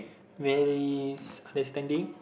very understanding